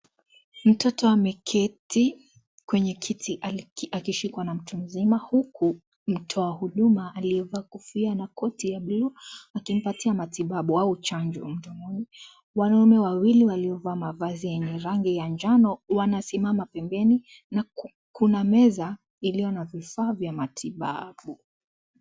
Mtoto ameketi kwenye kiti akishikwa na mtu mzima, huku mtu wa huduma aliyevaa kofia na koti ya buluu, akimpatia matibabu au chanjo. Wanaume wawili, waliovaa mavazi yenye rangi ya njano wanasimama pembeni na kuna meza iliyo na vifaa vya matibabu.